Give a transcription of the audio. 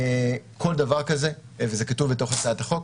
כל דבר כזה, וזה כתוב בהצעת החוק